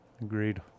agreed